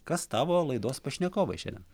kas tavo laidos pašnekovai šiandien